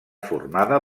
formada